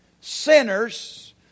Sinners